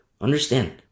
Understand